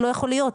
לא יכול להיות,